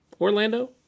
Orlando